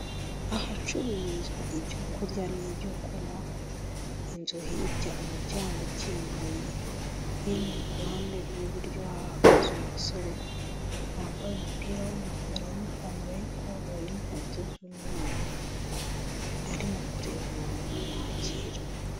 Ahacururizwa ibyo kurya n'ibyo kunywa, inzu hirya umuryango ukinguye, hino ku ruhande rw'iburyo hahagaze umusore wambaye umupira w'amakara, n'ipantaro y'ikoboyi n'inkweto z'umweru, arimo kureba umuntu uri kumwakira.